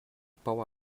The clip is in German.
baue